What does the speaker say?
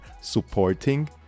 supporting